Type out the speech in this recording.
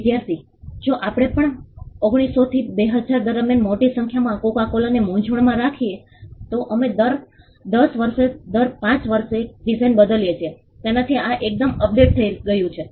વિદ્યાર્થી જો આપણે પણ 1900 થી 2000 દરમિયાન મોટી સંખ્યામાં કોકો કોલાને મૂંઝવણમાં રાખીએ તો અમે દર 10 વર્ષે દર 5 વર્ષે ડિઝાઇન બદલીએ છીએ તેનાથી આ એકદમ અપડેટ થઈ ગયું છે